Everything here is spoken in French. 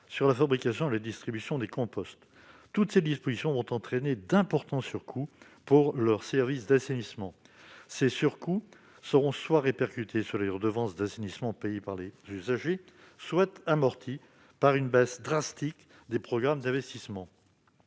sur la fabrication et la distribution des composts. Toutes ces dispositions vont entraîner d'importants surcoûts pour leurs services d'assainissement. Soit ces surcoûts seront répercutés sur les redevances d'assainissement payées par les usagers, soit ils seront amortis par une baisse drastique des programmes d'investissement.